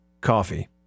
coffee